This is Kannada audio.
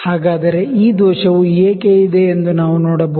ಹಾಗಾದರೆ ಈ ದೋಷವು ಏಕೆ ಇದೆ ಎಂದು ನಾವು ನೋಡಬಹುದು